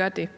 (KF):